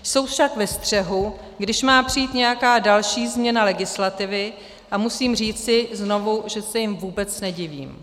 Jsou však ve střehu, když má přijít nějaká další změna legislativy, a musím říci znovu, že se jim vůbec nedivím.